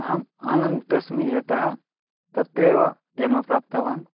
अहम् आनन्दः अस्मि यतः तत्रैव जन्म प्राप्तवान्